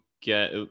get